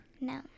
no